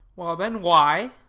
well then, why?